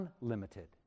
unlimited